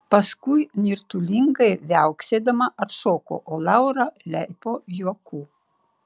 paskui nirtulingai viauksėdama atšoko o laura leipo juoku